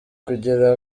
kugira